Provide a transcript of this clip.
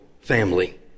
family